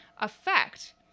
effect